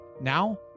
Now